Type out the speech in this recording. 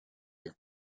you